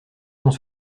qu’en